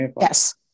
Yes